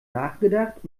nachgedacht